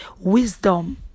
wisdom